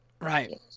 Right